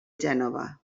gènova